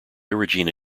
regina